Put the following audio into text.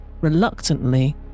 reluctantly